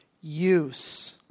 use